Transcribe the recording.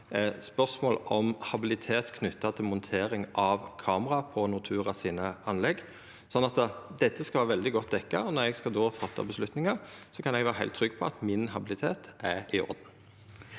spørsmål om habilitet knytt til montering av kamera på Norturas anlegg. Dette skal vera veldig godt dekt, og når eg då skal ta avgjerder, kan eg vera heilt trygg på at min habilitet er i orden.